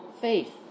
faith